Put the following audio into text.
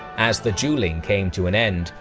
as the dueling came to an end,